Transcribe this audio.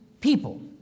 people